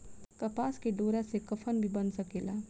कपास के डोरा से कफन भी बन सकेला